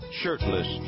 shirtless